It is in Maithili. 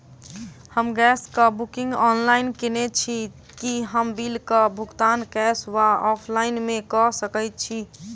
हम गैस कऽ बुकिंग ऑनलाइन केने छी, की हम बिल कऽ भुगतान कैश वा ऑफलाइन मे कऽ सकय छी?